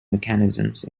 mechanisms